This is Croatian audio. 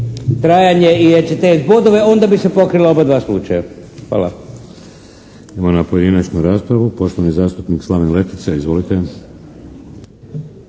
trajanje i ECTS bodove. Onda bi se pokrila obadva slučaja. Hvala. **Šeks, Vladimir (HDZ)** Idemo na pojedinačnu raspravu. Poštovani zastupnik Slaven Letica. Izvolite.